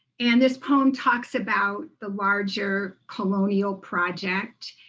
and this poem talks about the larger colonial project